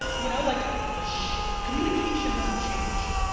you know, like communication doesn't change.